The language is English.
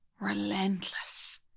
Relentless